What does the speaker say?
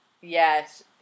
Yes